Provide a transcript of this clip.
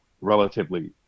relatively